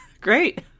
Great